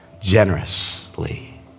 generously